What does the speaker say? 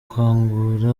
kangura